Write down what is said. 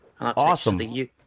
Awesome